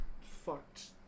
fucked